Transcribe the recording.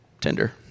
tender